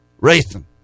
racing